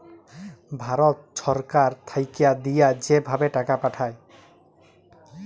ভারত ছরকার থ্যাইকে দিঁয়া যে ভাবে টাকা পাঠায়